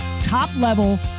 top-level